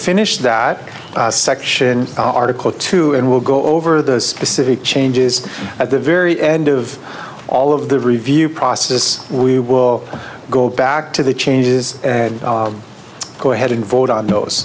finished that section article two and will go over the specific changes at the very end of all of the review process we will go back to the changes go ahead and vote on those